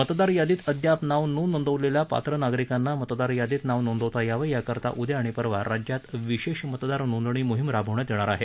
मतदार यादीत अद्याप नाव न नोंदविलेल्या पात्र नागरिकांना मतदार यादीत नाव नोंदवता यावं याकरता उद्या आणि परवा राज्यात विशेष मतदार नोंदणी मोहिम राबवण्यात येणार आहे